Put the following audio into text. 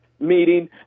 meeting